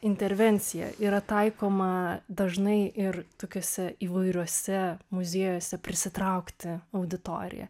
intervencija yra taikoma dažnai ir tokiose įvairiuose muziejuose prisitraukti auditoriją